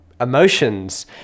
emotions